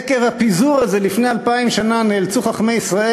עקב הפיזור הזה לפני אלפיים שנה נאלצו חכמי ישראל